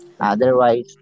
Otherwise